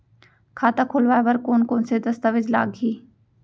खाता खोलवाय बर कोन कोन से दस्तावेज लागही?